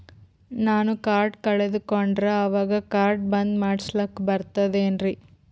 ನಾನು ಕಾರ್ಡ್ ಕಳಕೊಂಡರ ಅವಾಗ ಕಾರ್ಡ್ ಬಂದ್ ಮಾಡಸ್ಲಾಕ ಬರ್ತದೇನ್ರಿ?